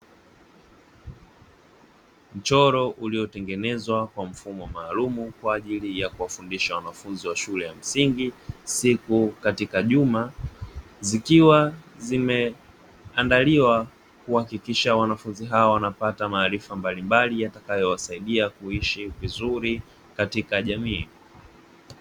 Mchoro ulio tengenezwa ka mfumo maalumu kwaajili ya kuwafundisha wanafunzi wa shule ya msingi, siku katika juma zikiwa zimeandaliwa kuhakikisha wanafunzi hawa wanapata maarifa mbalimbali yatakayo wasaidia kuishi vizuri katika jamii.